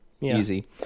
easy